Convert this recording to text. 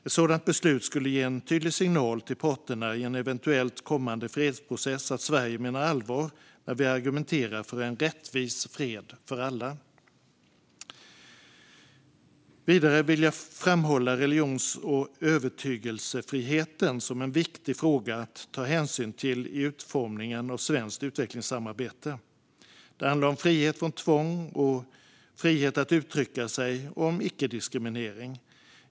Ett sådant beslut skulle ge en tydlig signal till parterna i en eventuell kommande fredsprocess att Sverige menar allvar när vi argumenterar för en rättvis fred för alla. Vidare vill jag framhålla religions och övertygelsefriheten som en viktig fråga att ta hänsyn till i utformningen av svenskt utvecklingssamarbete. Det handlar om frihet från tvång, om frihet att uttrycka sig och om icke-diskriminering.